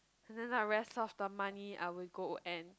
and then the rest of the money I would go and